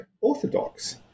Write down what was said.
orthodox